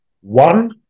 One